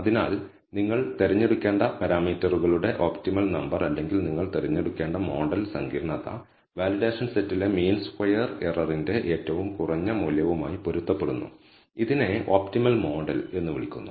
അതിനാൽ നിങ്ങൾ തിരഞ്ഞെടുക്കേണ്ട പാരാമീറ്ററുകളുടെ ഒപ്റ്റിമൽ നമ്പർ അല്ലെങ്കിൽ നിങ്ങൾ തിരഞ്ഞെടുക്കേണ്ട മോഡൽ സങ്കീർണ്ണത വാലിഡേഷൻ സെറ്റിലെ മീൻ സ്ക്വയർ എററിന്റെ ഏറ്റവും കുറഞ്ഞ മൂല്യവുമായി പൊരുത്തപ്പെടുന്നു ഇതിനെ ഒപ്റ്റിമൽ മോഡൽ എന്ന് വിളിക്കുന്നു